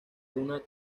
una